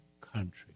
country